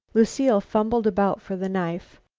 lucile fumbled about for the knife.